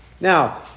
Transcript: Now